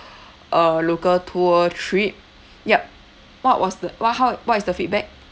uh local tour trip yup what was the what how what is the feedback